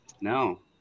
no